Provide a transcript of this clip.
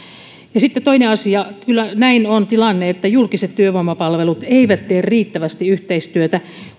ja sitten toinen asia kyllä näin on tilanne että julkiset työvoimapalvelut eivät tee riittävästi yhteistyötä